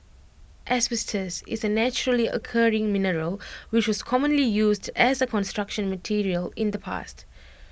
asbestos is A naturally occurring mineral which was commonly used as A Construction Material in the past